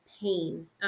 pain